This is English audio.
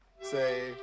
Say